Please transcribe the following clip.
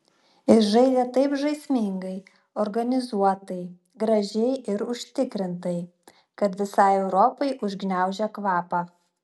ir žaidė taip žaismingai organizuotai gražiai ir užtikrintai kad visai europai užgniaužė kvapą